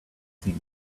seen